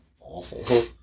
awful